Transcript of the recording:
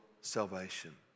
salvation